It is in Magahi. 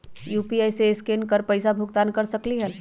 यू.पी.आई से स्केन कर पईसा भुगतान कर सकलीहल?